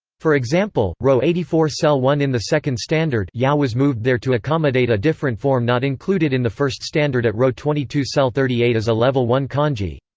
for example, row eighty four cell one in the second standard yeah was moved there to accommodate a different form not included in the first standard at row twenty two cell thirty eight as a level one kanji